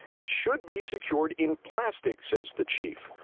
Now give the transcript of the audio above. it should be secured in plastic, says the chief.